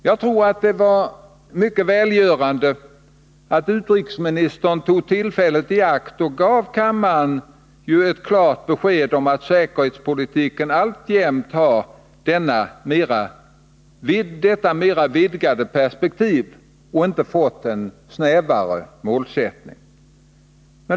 Jag tror att det var mycket välgörande att utrikesministern tog tillfället i akt och gav kammaren ett klart besked om att säkerhetspolitiken alltjämt har detta mera vidgade perspektiv och inte fått en snävare målsättning.